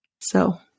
So-